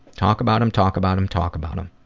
talk about them. talk about them. talk about them.